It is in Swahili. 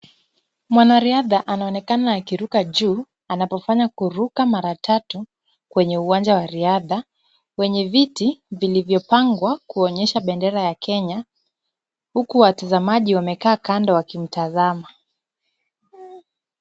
Mwanariadha anaonekana akiruka juu anapofanya kuruka mara tatu kwenye uwanja wa riadha. Kwenye viti vilivyopangwa kuonyesha bendera ya kenya huku watazamaji wamekaa kando wakimtazama.